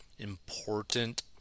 Important